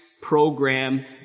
program